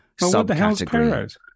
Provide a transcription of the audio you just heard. subcategory